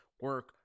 Work